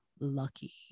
lucky